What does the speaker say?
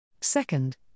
Second